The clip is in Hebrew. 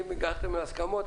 אם הגעתם להסכמות,